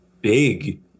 big